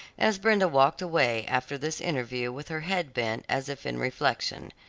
as brenda walked away after this interview with her head bent as if in reflection.